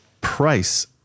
price